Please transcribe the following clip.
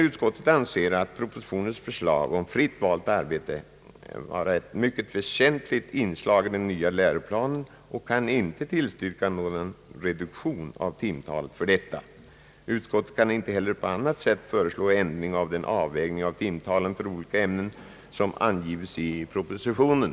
Utskottet uttalar att propositionens förslag om fritt valt arbete är ett mycket väsentligt inslag i den nya läroplanen och kan inte tillstyrka någon reduktion av timtalet för detta. Utskottet kan inte heller på annat sätt föreslå ändring av den avvägning av timtalen för olika ämnen som angivits i propositionen.